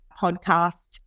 podcast